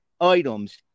items